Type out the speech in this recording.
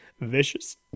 vicious